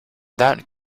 that